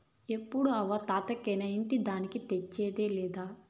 ఎప్పుడూ అవ్వా తాతలకేనా ఇంటి దానికి తెచ్చేదా లేదా